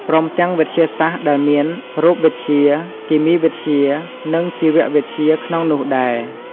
ព្រមទាំងវិទ្យាសាស្ត្រដែលមាន រូបវិទ្យា គីមីវិទ្យា និងជីវៈវិទ្យាក្នុងនោះដែរ។